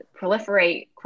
proliferate